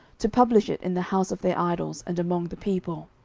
to publish it in the house of their idols, and among the people.